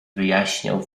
wyjaśniał